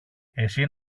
εσύ